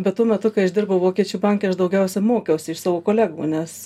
bet tuo metu kai aš dirbau vokiečių banke aš daugiausia mokiausi iš savo kolegų nes